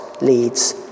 leads